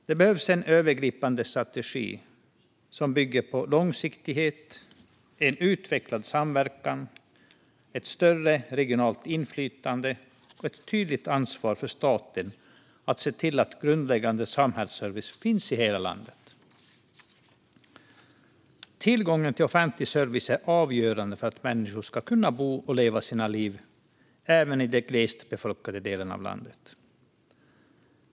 Det behövs en övergripande strategi som bygger på långsiktighet, en utvecklad samverkan, ett större regionalt inflytande och ett tydligt ansvar för staten att se till att grundläggande samhällsservice finns i hela landet. Tillgången till offentlig service är avgörande för att människor ska kunna bo och leva sina liv även i de glest befolkade delarna av landet.